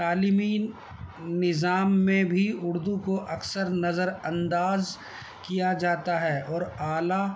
تعلیمی نظام میں بھی اردو کو اکثر نظر انداز کیا جاتا ہے اور اعلیٰ